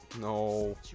No